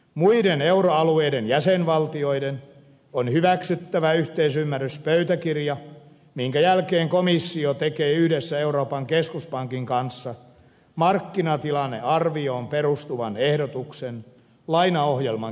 muiden euroalueiden jäsenvaltioiden on hyväksyttävä yhteisymmärryspöytäkirja minkä jälkeen komissio tekee yhdessä euroopan keskuspankin kanssa markkinatilannearvioon perustuvan ehdotuksen lainaohjelman keskeisistä ehdoista